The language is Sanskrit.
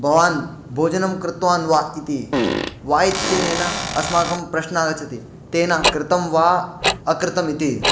भवान् भोजनं कृतवान् वा इति वा इत्यनेन अस्माकं प्रश्नाः आगच्छन्ति तेन कृतं वा अकृतमिति